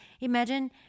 imagine